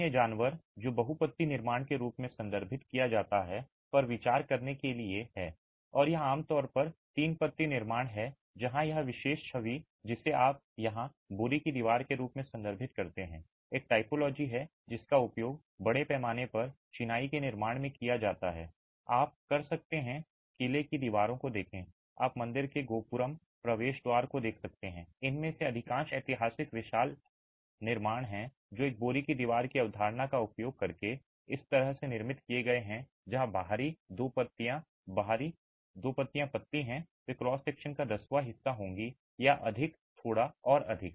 अन्य जानवर जो बहु पत्ती निर्माण के रूप में संदर्भित किया जाता है पर विचार करने के लिए है और यह आमतौर पर तीन पत्ती निर्माण है जहां यह विशेष छवि जिसे आप यहां बोरी की दीवार के रूप में संदर्भित करते हैं एक टाइपोलॉजी है जिसका उपयोग बड़े पैमाने पर चिनाई के निर्माण में किया जाता है आप कर सकते हैं किले की दीवारों को देखें आप मंदिर के गोपुरम प्रवेश द्वार को देख सकते हैं इनमें से अधिकांश ऐतिहासिक विशाल ऐतिहासिक निर्माण हैं जो एक बोरी की दीवार की अवधारणा का उपयोग करके इस तरह से निर्मित किए गए हैं जहां बाहरी दो पत्तियां बाहरी दो पत्तियां पतली हैं वे क्रॉस सेक्शन का दसवां हिस्सा होगा या अधिक थोड़ा और अधिक